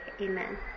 Amen